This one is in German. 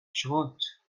schrott